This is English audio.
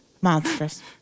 Monstrous